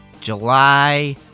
July